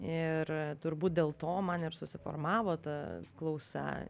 ir a turbūt dėl to man ir susiformavo ta klausa